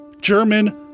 German